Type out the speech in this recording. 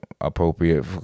appropriate